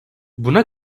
buna